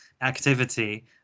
activity